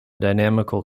dynamical